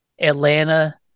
Atlanta